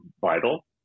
vital